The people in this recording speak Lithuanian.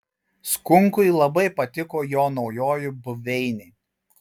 skunkui labai patiko jo naujoji buveinė